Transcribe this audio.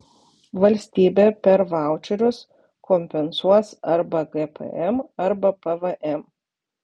valstybė per vaučerius kompensuos arba gpm arba pvm